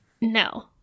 No